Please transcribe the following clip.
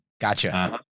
Gotcha